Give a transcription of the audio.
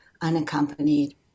unaccompanied